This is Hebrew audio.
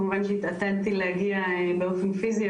כמובן שהתעתדתי להגיע באופן פיזי,